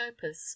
purpose